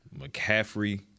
McCaffrey